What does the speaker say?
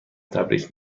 تبریک